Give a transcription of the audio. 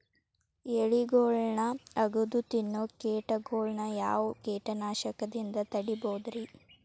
ಎಲಿಗೊಳ್ನ ಅಗದು ತಿನ್ನೋ ಕೇಟಗೊಳ್ನ ಯಾವ ಕೇಟನಾಶಕದಿಂದ ತಡಿಬೋದ್ ರಿ?